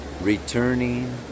returning